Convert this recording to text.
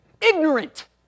ignorant